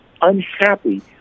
unhappy